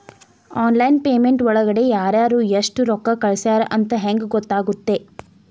Online payment ಒಳಗಡೆ ಯಾರ್ಯಾರು ಎಷ್ಟು ರೊಕ್ಕ ಕಳಿಸ್ಯಾರ ಅಂತ ಹೆಂಗ್ ಗೊತ್ತಾಗುತ್ತೆ?